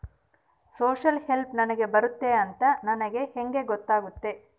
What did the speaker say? Social help ನನಗೆ ಬರುತ್ತೆ ಅಂತ ನನಗೆ ಹೆಂಗ ಗೊತ್ತಾಗುತ್ತೆ?